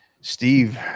Steve